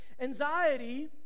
Anxiety